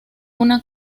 una